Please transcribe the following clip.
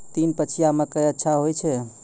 तीन पछिया मकई अच्छा होय छै?